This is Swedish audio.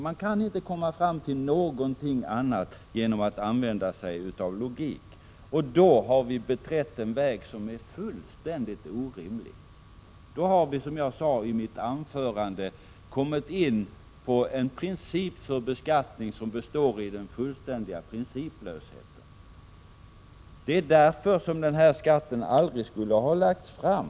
Man kan inte komma fram till något annat genom att använda sig av logik. Då har vi beträtt en väg som är fullständigt orimlig. Vi har, som jag sade i mitt tidigare anförande, kommit in på en princip för beskattning som består i den fullständiga principlösheten. Det är därför som förslaget om denna skatt aldrig skulle ha lagts fram.